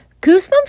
Goosebumps